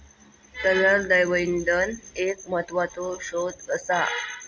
तरल जैव इंधन एक महत्त्वाचो स्त्रोत असा